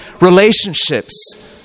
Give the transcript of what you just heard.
relationships